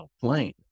plane